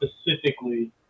specifically